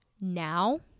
now